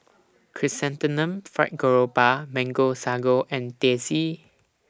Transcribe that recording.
Chrysanthemum Fried Garoupa Mango Sago and Teh C